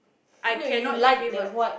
I cannot live without